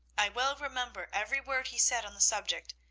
i well remember every word he said on the subject,